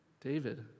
David